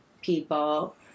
people